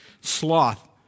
Sloth